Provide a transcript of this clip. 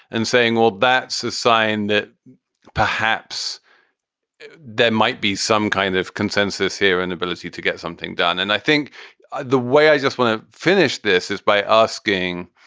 and saying, well, that's a sign that perhaps there might be some kind of consensus here and ability to get something done. and i think the way i just want to finish this is by asking,